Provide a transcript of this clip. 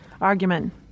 argument